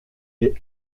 est